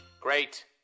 Great